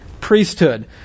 priesthood